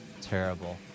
terrible